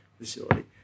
facility